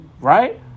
Right